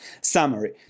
summary